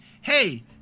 hey